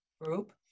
group